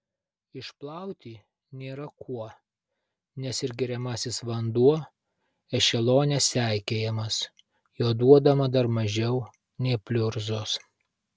išplauti nėra kuo nes ir geriamasis vanduo ešelone seikėjamas jo duodama dar mažiau nei pliurzos